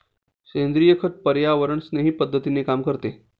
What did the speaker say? सेंद्रिय खत पर्यावरणस्नेही पद्धतीने काम करते